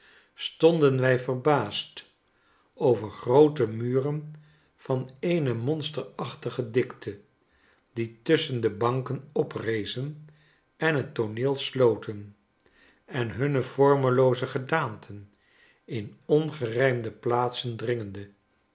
stonden wij verbaasd over grootemuren van eene monsterachtige dikte die tusschen de banken oprezen en net tooneel sloten en hunne vormelooze gedaanten in ongerijmde plaatsen dringende